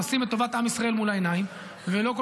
לשים את טובת עם ישראל מול העיניים ולא כל